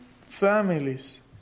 families